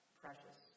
precious